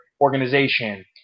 organization